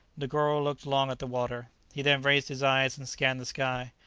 negoro looked long at the water he then raised his eyes and scanned the sky.